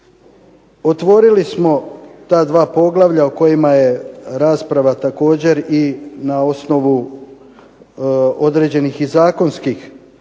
Otvorili smo ta dva poglavlja o kojima je rasprava također i na osnovu određenih i zakonskih